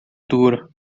dura